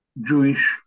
Jewish